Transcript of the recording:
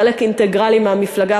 חלק אינטגרלי של המפלגה,